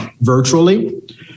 virtually